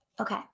Okay